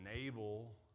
enable